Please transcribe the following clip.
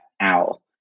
OWL